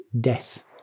death